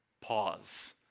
Pause